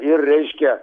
ir reiškia